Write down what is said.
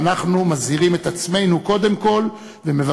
יושב-ראש האופוזיציה,